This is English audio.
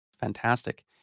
Fantastic